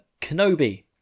Kenobi